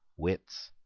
wits,